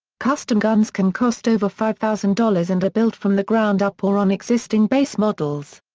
custom guns can cost over five thousand dollars and are built from the ground up or on existing base models.